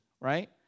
right